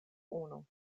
unu